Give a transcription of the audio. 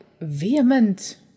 vehement